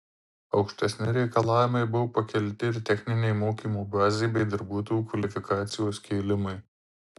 aukštesni reikalavimai buvo pakelti ir techninei mokymo bazei bei darbuotojų kvalifikacijos kėlimui